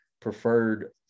preferred